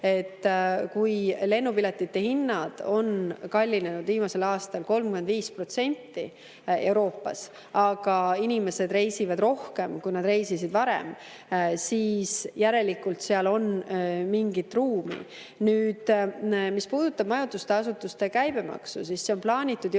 Kui lennupiletite hinnad on Euroopas viimasel aastal kallinenud 35%, aga inimesed reisivad rohkem, kui nad reisisid varem, siis järelikult on seal mingit ruumi. Nüüd, mis puudutab majutusasutuste käibemaksu, siis see on plaanitud jõustuma